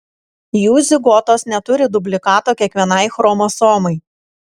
jų zigotos neturi dublikato kiekvienai chromosomai